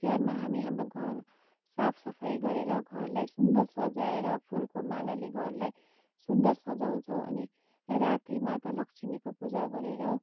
तिहारमा हामी हाम्रो घर साफ सफाइ गरेर घरलाई सुन्दर सजाएर फुलको मालाले घरलाई सुन्दर सजाँउछौँ अनि राति माता लक्ष्मीको पुजा गरेर